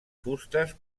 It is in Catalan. fustes